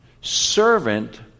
servant